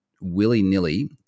willy-nilly